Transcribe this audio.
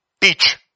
teach